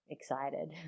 excited